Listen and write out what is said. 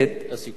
סיכום,